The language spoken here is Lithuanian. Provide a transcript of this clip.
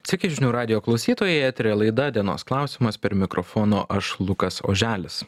sveiki žinių radijo klausytojai eteryje laida dienos klausimas prie mikrofono aš lukas oželis